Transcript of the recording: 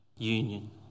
union